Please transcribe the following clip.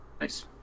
Nice